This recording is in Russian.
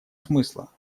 смысла